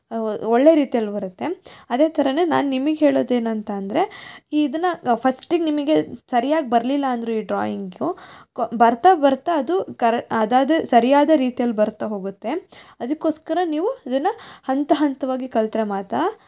ಒಳ್ಳೆಯ ರೀತಿಯಲ್ಲಿ ಬರುತ್ತೆ ಅದೇ ಥರ ನಾನು ನಿಮಗ್ ಹೇಳೋದು ಏನಂತಂದರೆ ಇದನ್ನು ಫಸ್ಟಿಗೆ ನಿಮಗೆ ಸರಿಯಾಗಿ ಬರಲಿಲ್ಲಾ ಅಂದರೂ ಈ ಡ್ರಾಯಿಂಗು ಕೊ ಬರ್ತಾ ಬರ್ತಾ ಅದು ಕರ ಅದದು ಸರಿಯಾದ ರೀತಿಯಲ್ಲಿ ಬರ್ತಾ ಹೋಗುತ್ತೆ ಅದಕ್ಕೋಸ್ಕರ ನೀವು ಅದನ್ನು ಹಂತ ಹಂತವಾಗಿ ಕಲಿತ್ರೆ ಮಾತ್ರ